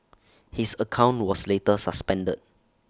his account was later suspended